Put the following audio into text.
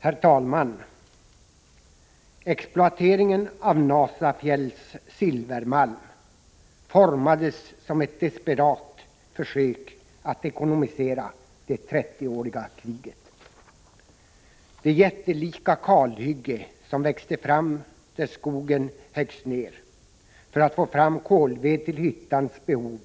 Herr talman! Exploateringen av Nasafjälls silvermalm var ett desperat försök att ekonomisera trettioåriga kriget. Det jättelika kalhygge, som växte fram där skogen höggs ner för att få fram kolved till hyttans behov,